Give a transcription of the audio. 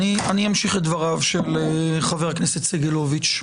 אמשיך את דבריו של חבר הכנסת סגלוביץ.